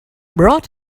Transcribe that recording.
brought